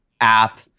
app